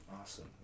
Awesome